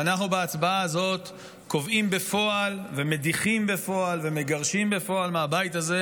ואנחנו בהצבעה הזאת קובעים בפועל ומדיחים בפועל ומגרשים בפועל מהבית הזה